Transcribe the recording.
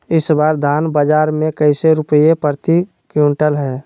इस बार धान बाजार मे कैसे रुपए प्रति क्विंटल है?